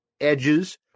edges